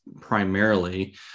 primarily